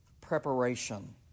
Preparation